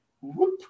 whoop